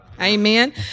amen